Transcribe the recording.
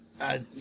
I-